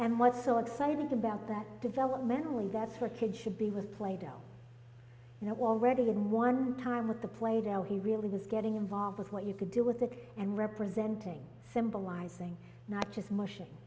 and was so excited about that developmentally that's for kids should be with play doh you know already in one time with the played out he really was getting involved with what you could do with it and representing symbolizing not just motion